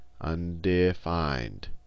Undefined